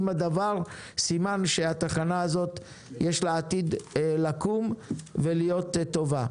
בדבר סימן שלתחנה הזאת יש עתיד לקום ולהיות טובה.